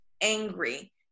angry